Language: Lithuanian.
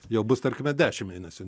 jau bus tarkime dešim mėnesių